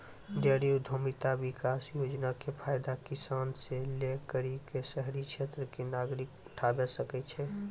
dairy उद्यमिता विकास योजना के फायदा किसान से लै करि क शहरी क्षेत्र के नागरिकें उठावै सकै छै